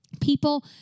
People